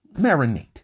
marinate